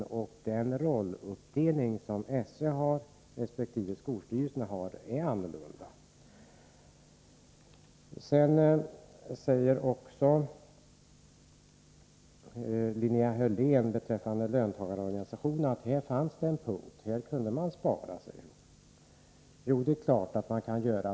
Den rolluppdelning som SÖ resp. skolstyrelsen har är alltså annorlunda. Linnea Hörlén sade beträffande löntagarorganisationerna att det här fanns en punkt där man kunde spara. Ja, det är klart att man kan göra.